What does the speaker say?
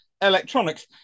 electronics